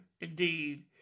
indeed